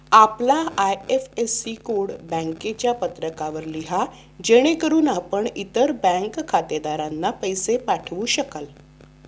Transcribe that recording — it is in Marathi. आपला आय.एफ.एस.सी कोड बँकेच्या पत्रकावर लिहा जेणेकरून आपण इतर बँक खातेधारकांना पैसे पाठवू शकाल